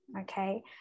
okay